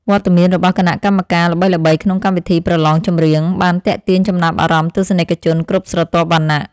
វត្តមានរបស់គណៈកម្មការល្បីៗក្នុងកម្មវិធីប្រឡងចម្រៀងបានទាក់ទាញចំណាប់អារម្មណ៍ទស្សនិកជនគ្រប់ស្រទាប់វណ្ណៈ។